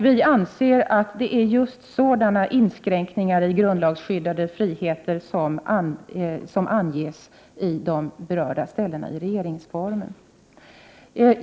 Vi anser att det är just sådana inskränkningar i grundlagsskyddade friheter som anges i de angivna paragraferna i regeringsformen.